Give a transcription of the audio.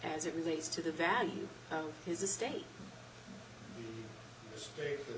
as it relates to the value of his estate